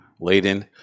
laden